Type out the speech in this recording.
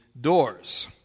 doors